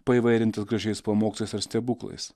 paįvairintas gražiais pamokslais ir stebuklais